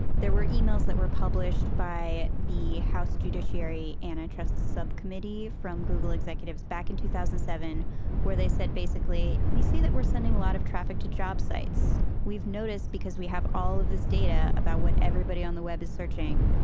there were emails that were published by the house judiciary antitrust subcommittee from google executives back in two thousand and seven where they said basically we see that we're sending a lot of traffic to job sites. we've noticed because we have all of this data about what everybody on the web is searching.